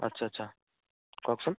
আচ্ছা আচ্ছা কওকচোন